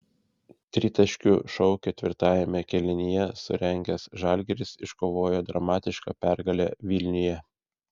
tritaškių šou ketvirtajame kėlinyje surengęs žalgiris iškovojo dramatišką pergalę vilniuje